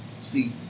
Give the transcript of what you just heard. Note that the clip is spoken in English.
see